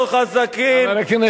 אנחנו חזקים, חבר הכנסת.